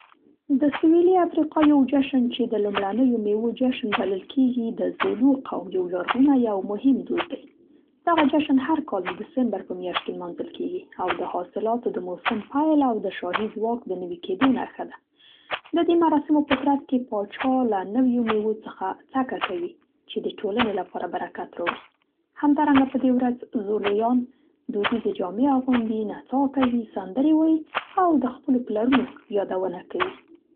د سویلي افریقا یو جشن، چې د "لومړنیو مېوو جشن" بلل کېږي، د زولو قوم یو لرغونی او مهم دود دی. دغه جشن هر کال د ډسمبر په میاشت کې نمانځل کیږي او د حاصلاتو د موسم پیل او د شاهي ځواک د نوي کېدو نښه ده. د دې مراسمو په ترڅ کې، پاچا له نویو میوو څخه څکه کوي، چې د ټولنې لپاره برکت راوړي. همدارنګه، په دې ورځ زولویان دودیزې جامې اغوندي، نڅا کوي، سندرې وايي او د خپلو پلرونو یادونه کوي.